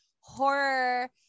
horror